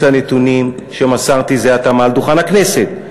הנתונים שמסרתי זה עתה מעל דוכן הכנסת.